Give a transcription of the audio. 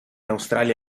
australia